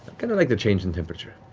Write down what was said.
kind of like the change in temperature.